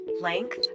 Length